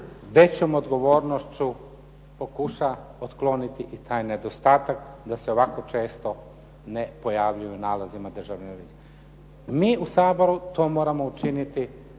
većom odgovornošću pokuša otkloniti i taj nedostatak da se ovako često ne pojavljuju u nalazima Državne revizije. Mi u Saboru to moramo učiniti